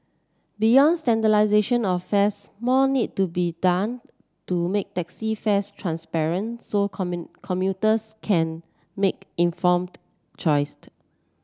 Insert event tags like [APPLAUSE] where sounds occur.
beyond standardisation of fares more need to be done to make taxi fares transparent so [UNINTELLIGIBLE] commuters can make informed choice